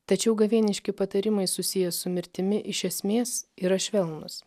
tačiau gavieniški patarimai susiję su mirtimi iš esmės yra švelnūs